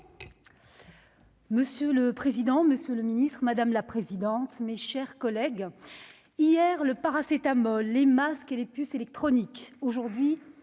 Monsieur le président, Monsieur le Ministre, madame la présidente, mes chers collègues, hier, le paracétamol les masques et les puces électroniques aujourd'hui